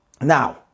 Now